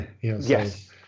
Yes